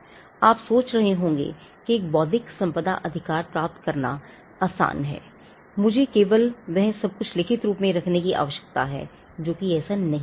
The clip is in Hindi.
अब आप सोच रहे होंगे कि एक बौद्धिक संपदा अधिकार प्राप्त करना आसान है मुझे केवल वह सब कुछ लिखित रूप में रखने की आवश्यकता है जो कि ऐसा नहीं है